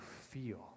feel